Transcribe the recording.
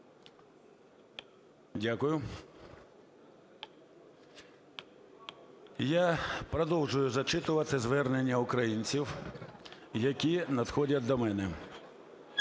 Дякую. Я продовжую зачитувати звернення українців, які надходять до мене.